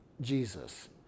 Jesus